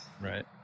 right